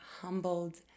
humbled